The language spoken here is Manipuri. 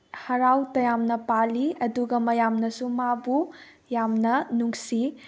ꯍꯥꯔꯥꯎ ꯇꯥꯌꯥꯝꯅ ꯄꯥꯜꯂꯤ ꯑꯗꯨꯒ ꯃꯌꯥꯝꯅꯁꯨ ꯃꯥꯕꯨ ꯌꯥꯝꯅ ꯅꯨꯡꯁꯤ